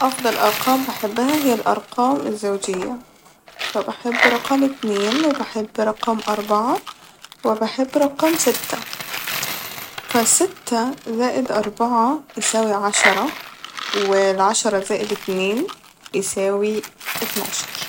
أفضل أرقام بحبها هي الأرقام الزوجية فبحب رقم اتنين وبحب رقم أربعة وبحب رقم ستة ف ستة زائد أربعة يساوي عشرة و العشرة زائد اتنين يساوي اتناشر